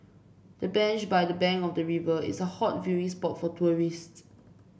the bench by the bank of the river is a hot viewing spot for tourists